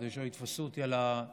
כדי שלא יתפסו אותי על האחוז,